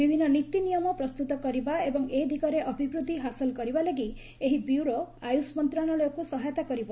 ବିଭିନ୍ନ ନୀତିନିୟମ ପ୍ରସ୍ତୁତ କରିବା ଏବଂ ଏ ଦିଗରେ ଅଭିବୃଦ୍ଧି ହାସଲ କରିବା ଲାଗି ଏହି ବ୍ୟୁରୋ ଆୟୁଷ ମନ୍ତ୍ରଣାଳୟକୁ ସହାୟତା କରିବ